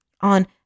on